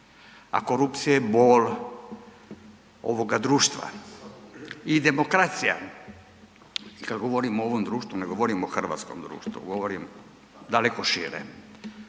a korupcija je bol ovoga društva i demokracija. I kad govorim ovom društvu ne govorim o hrvatskom društvu, govorim daleko šire.